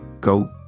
go